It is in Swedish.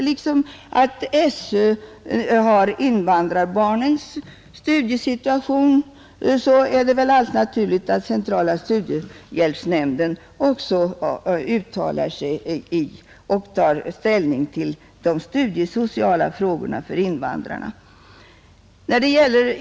Liksom SÖ handhar invandrarbarnens studiesituation så är det naturligt att centrala studiehjälpsnämnden uttalar sig i och tar ställning till de studiesociala frågorna för invandrarna.